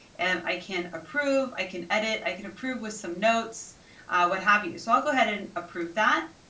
and i can approve. i can edit. i can approve with some notes what have you. so i'll go ahead and approve that.